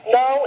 no